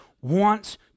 wants